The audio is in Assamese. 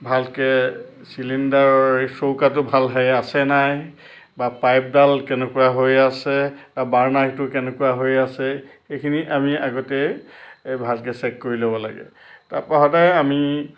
ভালকৈ চিলিণ্ডাৰ চৌকাটো ভালকৈ আছে নাই বা পাইপডাল কেনেকুৱা হৈ আছে বাৰ্ণাৰটো কেনেকুৱা হৈ আছে সেইখিনি আমি আগতেই ভালকৈ চেক কৰি ল'ব লাগে তাৰপৰা সদাই আমি